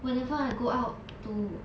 whenever I go out to